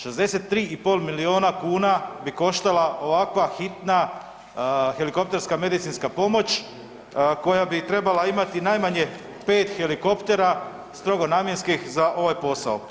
63,5 milijuna kuna bi koštala ovakva hitna helikopterska medicinska pomoć koja bi trebala imati najmanje pet helikoptera strogo namjenskih za ovaj posao.